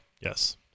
Yes